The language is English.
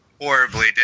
horribly